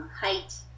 height